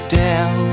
down